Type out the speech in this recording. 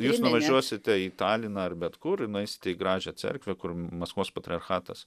jūs nuvažiuosite į taliną ar bet kur ir nueisite į gražią cerkvę kur maskvos patriarchatas